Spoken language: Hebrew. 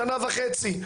שנה וחצי,